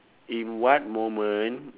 in what moment